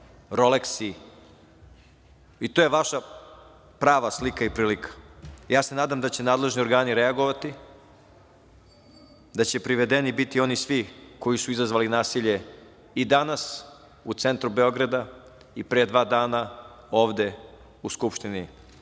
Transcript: roleksi i to je vaša prava slika i prilika. Nadam se da će nadležni organi reagovati, da će privedeni biti oni svi koji su izazvali nasilje i danas u centru Beograda i pre dva dana ovde u Skupštini